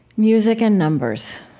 music and numbers.